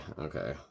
okay